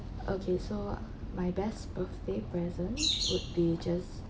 okay so ah my best birthday present would be just